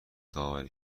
داوری